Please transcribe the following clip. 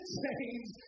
change